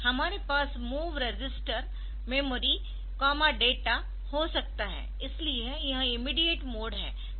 हमारे पास MOV register memory data MOV reg memory data हो सकता है इसलिए यह इमीडियेट मोड है